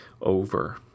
over